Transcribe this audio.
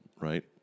right